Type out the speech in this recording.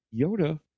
Yoda